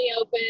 open